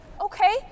Okay